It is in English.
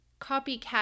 copycat